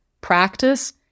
practice